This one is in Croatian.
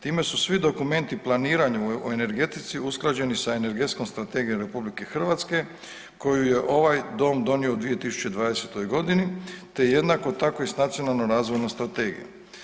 Time su svi dokumenti planirani u energetici usklađeni sa Energetskom strategijom RH koju je ovaj Dom donio u 2020. godini, te jednako tako i sa Nacionalnom razvojnom strategijom.